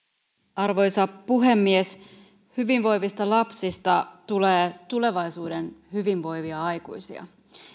arvoisa puhemies hyvinvoivista lapsista tulee tulevaisuuden hyvinvoivia aikuisia